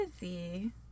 busy